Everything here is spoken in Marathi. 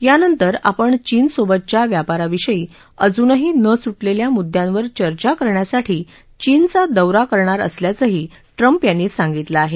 यानंतर आपण चीनसोबतच्या व्यापाराविषयी अजुनही न सुटलेल्या मुद्यांवर चर्चा करण्यासाठ चीनचा दौरा करणार असल्याचंही ट्रम्प यांनी सांगितलं आहे